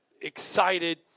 excited